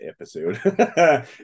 episode